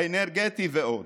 האנרגטי ועוד.